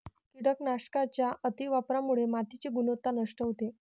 कीटकनाशकांच्या अतिवापरामुळे मातीची गुणवत्ता नष्ट होते